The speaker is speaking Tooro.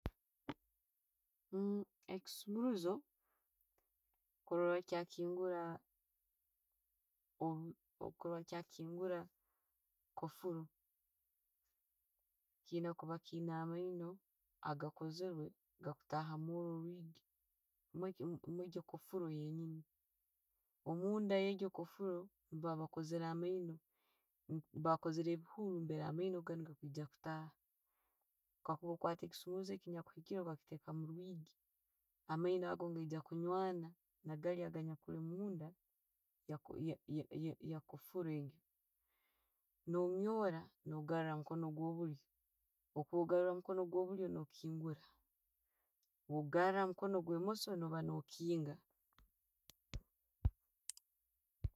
Ekisumurizo kuroola ngu kyakingura, oku- okurora kyakingura kofuulu, kiyyina kuuba kiyina amaino agakozerwe gakutaka mworwo orwiigi mwejjo mwejjo koffullo yenyiini. Omunda yegyo koffulo baba bakozzere amaino. Baba bakoozerre ebihuuru amaino gegakwijja kutaha. Kakuba Okwatta ekisumuluzo okakiita murwiigi, amaiino ago negaijja kunywana nagaali agali kulimunda ye- ye koffulo eggyo. Nonyoora nogarra hamukono gwo bulyo. Obwokugara ha mukono go bulliyo no rukingura. Bworaba no gara hamukono gwe mooso, no'ba nokinga.